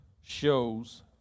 shows